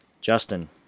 Justin